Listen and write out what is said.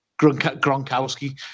Gronkowski